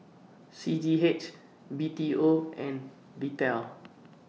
C G H B T O and Vital